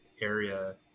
area